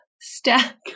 stack